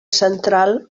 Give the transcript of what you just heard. central